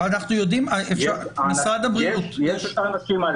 יש את האנשים האלה.